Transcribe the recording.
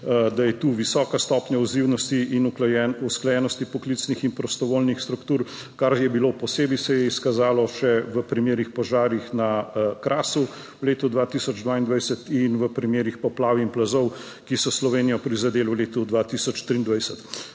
da je tu visoka stopnja odzivnosti in usklajenosti poklicnih in prostovoljnih struktur, kar se je še posebej izkazalo v primerih požarov na Krasu v letu 2022 in v primerih poplav in plazov, ki so Slovenijo prizadeli v letu 2023.